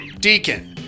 Deacon